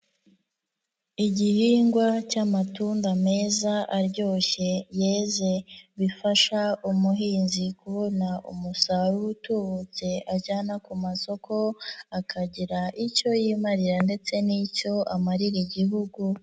Igihingwa cy'amatunda meza aryoshye yeze, bifasha umuhinzi kubona umusaruro utubutse ajyana ku masoko, akagira icyo yimarira ndetse n'icyo amarira igihugu.